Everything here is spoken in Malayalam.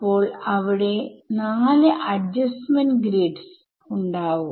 അപ്പോൾ അവിടെ 4 അഡ്ജസന്റ് ഗ്രിഡ്സ് ഉണ്ടാവും